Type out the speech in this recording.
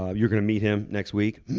ah you're going to meet him next week.